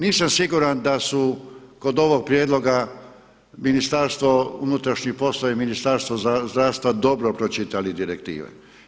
Nisam siguran da su kod ovog prijedloga Ministarstvo unutrašnjih poslova i Ministarstvo zdravstva dobro pročitali direktive.